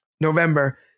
November